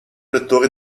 lettore